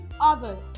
others